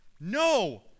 No